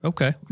Okay